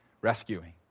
rescuing